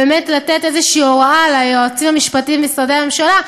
ובאמת לתת איזו הוראה ליועצים המשפטיים במשרדי הממשלה,